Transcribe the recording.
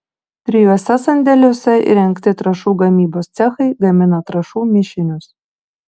trijuose sandėliuose įrengti trąšų gamybos cechai gamina trąšų mišinius